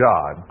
God